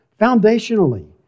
foundationally